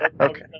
Okay